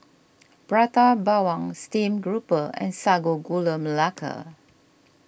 Prata Bawang Steamed Grouper and Sago Gula Melaka